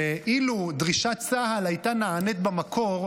שאילו דרישת צה"ל הייתה נענית במקור,